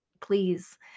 Please